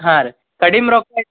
ಹಾಂ ರೀ ಕಡಿಮೆ ರೊಕ್ಕ